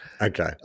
okay